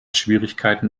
schwierigkeiten